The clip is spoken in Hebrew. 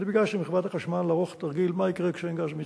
ביקשתי מחברת החשמל לערוך תרגיל מה יקרה כשאין גז מצרי,